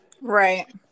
Right